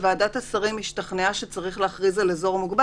אין שום התפשטות באלעד,